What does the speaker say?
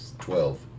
Twelve